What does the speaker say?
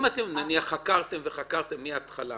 אם חקרתם וחקרתם מההתחלה